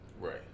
Right